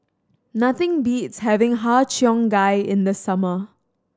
nothing beats having Har Cheong Gai in the summer